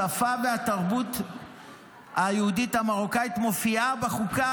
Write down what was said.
השפה והתרבות היהודית המרוקאית מופיעה בחוקה